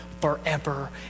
forever